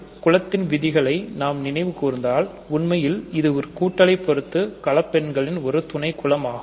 குலத்தின் விதிகளை நாம் நினைவு கூர்ந்தால் உண்மையில் இது கூட்டலை பொறுத்து கலப்பு எண்களின் ஒரு துணைகுலம் ஆகும்